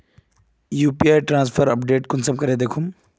UPI transfer update कुंसम करे दखुम?